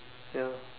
ya